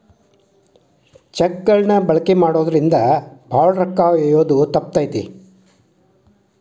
check ಗಳನ್ನ ಬಳಕೆ ಮಾಡೋದ್ರಿಂದ ಭಾಳ ರೊಕ್ಕ ಒಯ್ಯೋದ ತಪ್ತತಿ